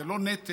זה לא נטל,